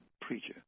preacher